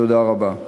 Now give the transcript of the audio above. תודה רבה.